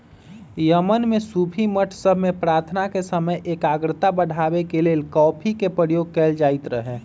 Yemen में सूफी मठ सभ में प्रार्थना के समय एकाग्रता बढ़ाबे के लेल कॉफी के प्रयोग कएल जाइत रहै